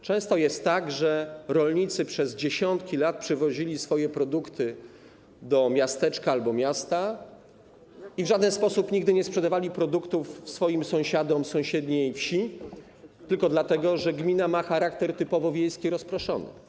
Często jest tak, że rolnicy przez dziesiątki lat przywozili swoje produkty do miasteczka albo miasta i nigdy w żaden sposób nie sprzedawali produktów swoim sąsiadom w sąsiedniej wsi, tylko dlatego, że gmina ma charakter typowo wiejski, rozproszony.